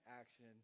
action